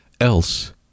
else